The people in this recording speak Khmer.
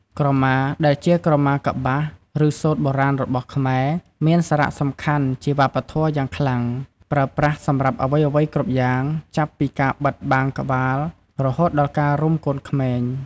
ក្រមា ដែលជាក្រម៉ាកប្បាស ឬសូត្របុរាណរបស់ខ្មែរ មានសារៈសំខាន់ជាវប្បធម៌យ៉ាងខ្លាំង ប្រើប្រាស់សម្រាប់អ្វីៗគ្រប់យ៉ាង ចាប់ពីការបិទបាំងក្បាល រហូតដល់ការរុំកូនក្មេង។